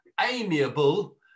amiable